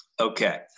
Okay